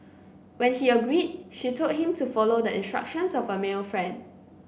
when he agreed she told him to follow the instructions of a male friend